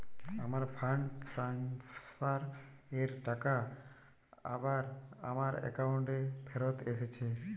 আমার fund transfer এর টাকা আবার আমার একাউন্টে ফেরত এসেছে